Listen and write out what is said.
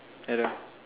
hello